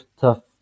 tough